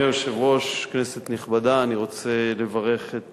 אדוני היושב-ראש, כנסת נכבדה, אני רוצה לברך את